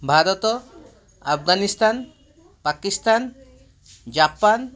Bharat Afghanistan Pakistan Japan